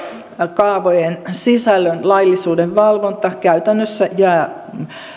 kaavojen sisällön laillisuuden valvonta käytännössä jää